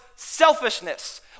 Selfishness